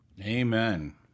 Amen